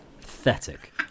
Pathetic